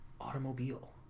automobile